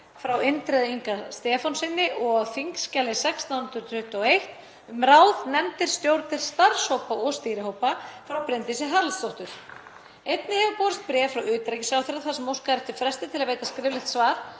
frá Indriða Inga Stefánssyni og á þskj. 1621, um ráð, nefndir, stjórnir, starfshópa og stýrihópa, frá Bryndísi Haraldsdóttur. Einnig hefur borist bréf frá utanríkisráðherra þar sem óskað er eftir fresti til að veita skriflegt svar